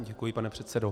Děkuji, pane předsedo.